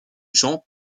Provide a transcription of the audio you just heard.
jean